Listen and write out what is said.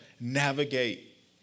navigate